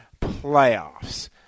playoffs